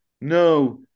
No